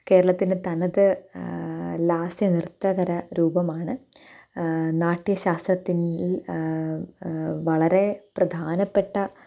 കേരളത്തിന്റെ തനത് ലാസ്യ നൃത്ത കര രൂപമാണ് നാട്യശാസ്ത്രത്തില് വളരേ പ്രധാനപ്പെട്ട